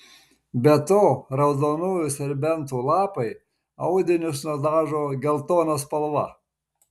be to raudonųjų serbentų lapai audinius nudažo geltona spalva